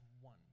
one